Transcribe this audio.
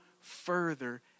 further